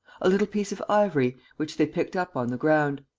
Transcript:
a little piece of ivory, which they picked up on the ground.